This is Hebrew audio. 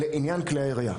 לעניין כלי הירייה.